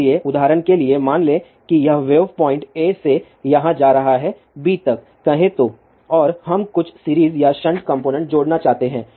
इसलिए उदाहरण के लिए मान लें कि यह वेव पॉइंट A से यहाँ जा रहा है B तक कहे तो और हम कुछ सीरीज या शंट कॉम्पोनेन्ट जोड़ना चाहते हैं